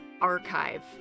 archive